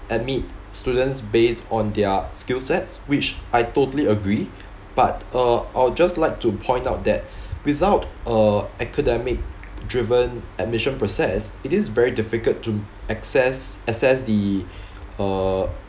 admit students based on their skill sets which I totally agree but uh I'll just like to point out that without uh academic driven admission process it is very difficult to access assess the uh